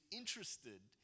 interested